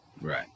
Right